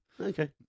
Okay